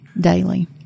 daily